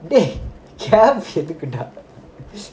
டேய்:dei caps எதுக்குடா:yethukuda